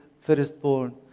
firstborn